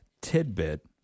Tidbit